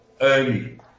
early